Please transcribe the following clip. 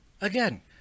Again